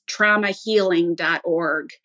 traumahealing.org